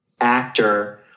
actor